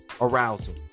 arousal